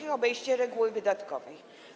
i obejście reguły wydatkowej.